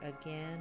again